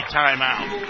timeout